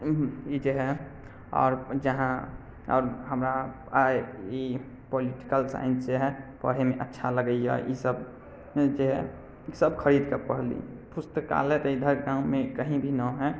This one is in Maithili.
ई जे हय आओर जहाँ आओर हमरा आइ ई पोलिटिकल साइंस जे हय पढ़ैमे अच्छा लगैए ई सब जे हय सब खरीद कऽ पढ़ली पुस्तकालय तऽ इधर गाँवमे कहीं भी नहि हय